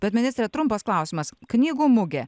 bet ministre trumpas klausimas knygų mugė